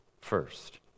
first